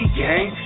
gang